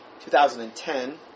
2010